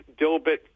Dilbit